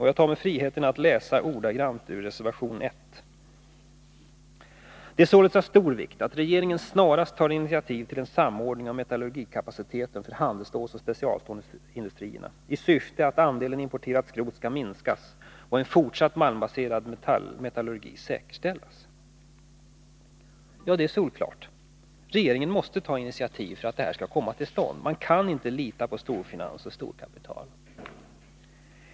Jag tar mig friheten att läsa ordagrant ur reservation 1: ”Det är således av stor vikt att regeringen snarast tar initiativ till en samordning av metallurgikapaciteten för handelsstålsoch specialstålsindustrierna i syfte att andelen importerat skrot skall minskas och en fortsatt malmbaserad metallurgi säkerställas.” Ja, detta är solklart. Regeringen måste ta initiativ för att detta skall komma till stånd. Man kan inte lita på storfinans och storkapital.